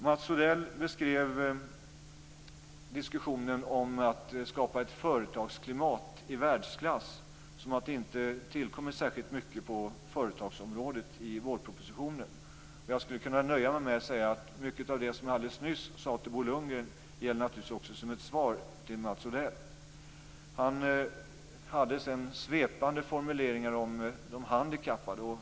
Mats Odell beskrev diskussionen om att skapa ett företagsklimat i världsklass som att det i vårpropositionen inte tillkommer särskilt mycket på företagsområdet. Jag skulle kunna nöja mig med att säga att mycket av det som jag alldeles nyss sade till Bo Lundgren naturligtvis också gäller som ett svar till Mats Odell hade svepande formuleringar om de handikappade.